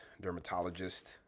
dermatologist